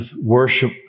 worship